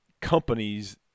companies